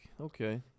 okay